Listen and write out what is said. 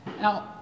Now